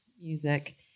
music